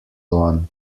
one